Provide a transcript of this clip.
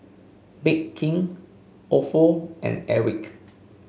Bake King Ofo and Airwick